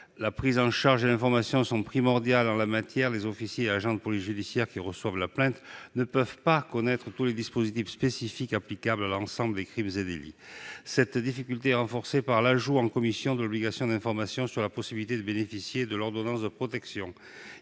la prise en charge et l'information sont primordiaux en la matière, les officiers et agents de police judiciaire qui reçoivent la plainte ne peuvent pas connaître tous les dispositifs spécifiques applicables à l'ensemble des crimes et délits. Cette difficulté est renforcée par l'ajout en commission de l'obligation d'information sur la possibilité de bénéficier de l'ordonnance de protection.